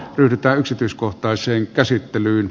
yritä yksityiskohtaiseen käsittelyyn